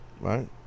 Right